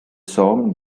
song